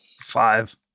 Five